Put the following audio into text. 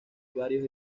varios